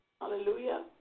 Hallelujah